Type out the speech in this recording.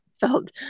felt